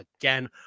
again